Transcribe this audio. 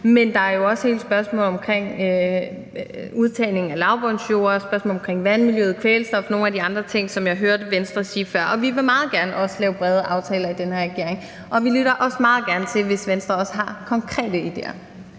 Men der er jo også hele spørgsmålet omkring udtagning af lavbundsjord, spørgsmålet omkring vandmiljøet, kvælstof og nogle af de andre ting, som jeg hørte Venstre sige før. Og vi vil også meget gerne lave brede aftaler i den her regering, og vi lytter også meget gerne til det, hvis Venstre har konkrete ideer.